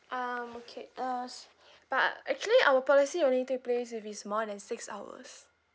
um okay uh s~ but actually our policy only take place if it's more than six hours